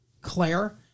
Claire